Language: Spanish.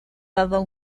dado